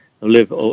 live